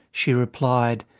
she replied,